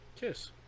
Kiss